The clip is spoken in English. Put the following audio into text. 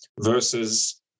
versus